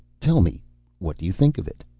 tell me what you think of it.